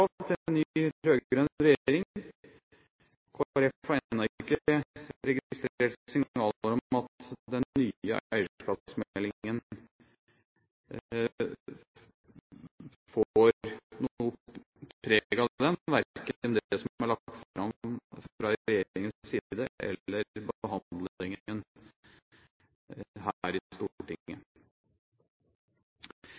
regjering. Kristelig Folkeparti har ennå ikke registrert signaler om at den nye eierskapsmeldingen får noe preg av det, verken det som er lagt fram fra regjeringens side eller